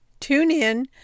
TuneIn